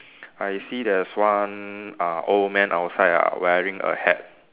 I see there's one uh old man outside ah wearing a hat